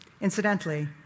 Incidentally